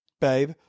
Babe